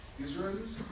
Israelis